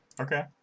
Okay